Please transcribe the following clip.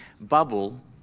bubble